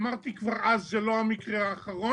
אמרתי כבר אז זה לא המקרה האחרון.